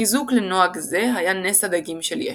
חיזוק לנוהג זה היה נס הדגים של ישו.